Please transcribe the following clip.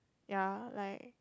ya like